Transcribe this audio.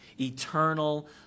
eternal